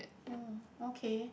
oh okay